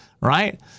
right